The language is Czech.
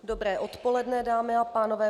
Dobré odpoledne, dámy a pánové.